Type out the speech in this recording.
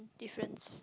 difference